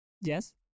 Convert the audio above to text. Yes